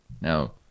Now